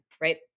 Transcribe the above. right